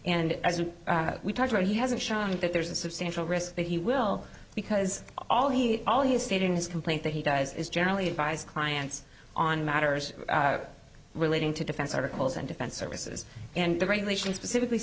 and as we talked about he hasn't shown that there's a substantial risk that he will because all he all he is stating his complaint that he does is generally advise clients on matters relating to defense articles and defense services and the regulation specifically